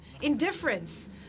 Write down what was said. indifference